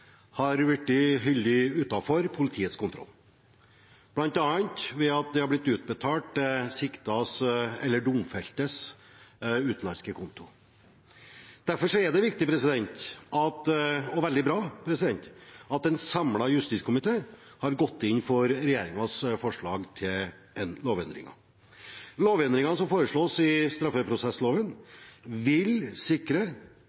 har blitt holdt utenfor politiets kontroll, bl.a. ved at de har blitt utbetalt til domfeltes utenlandske konto. Derfor er det viktig og veldig bra at en samlet justiskomité har gått inn for regjeringens forslag til lovendringer. Lovendringene som foreslås i straffeprosessloven, vil sikre